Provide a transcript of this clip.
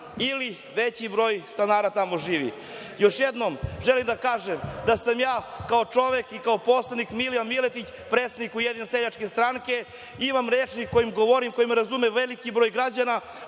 ili veći broj stanara tamo živi. Još jednom želim da kažem da sam kao čovek i kao poslanik, Milija Miletić, predsednik Ujedinjene seljačke stranke, imam rečnik kojim govorim, razume me veliki broj građana.